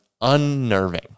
unnerving